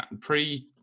pre